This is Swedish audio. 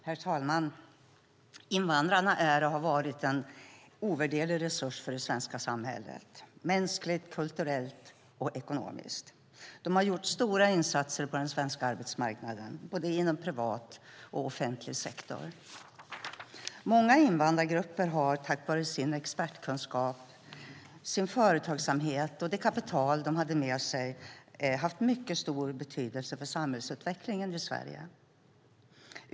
Herr talman! Invandrarna är och har varit en ovärderlig resurs för det svenska samhället - mänskligt, kulturellt och ekonomiskt. De har gjort stora insatser på den svenska arbetsmarknaden inom både privat och offentlig sektor. Många invandrargrupper har tack vare sin expertkunskap, sin företagsamhet och det kapital de haft med sig haft en mycket stor betydelse för samhällsutvecklingen i Sverige.